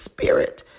spirit